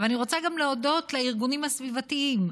אני רוצה להודות גם לארגונים הסביבתיים,